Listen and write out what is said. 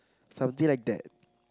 something like that